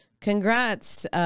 Congrats